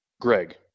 Greg